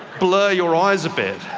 blur your eyes a bit.